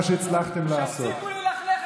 משפט לסיום.